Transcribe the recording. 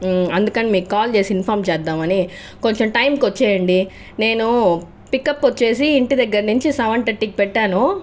అందుకని మీకు కాల్ చేసింది ఇన్ఫామ్ చేద్దామని కొంచెం టైంకు వచ్చేయండి నేను పికప్ వచ్చి ఇంటి దగ్గర నుంచి సెవెన్ థర్టీకి పెట్టాను